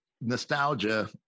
nostalgia